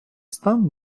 стан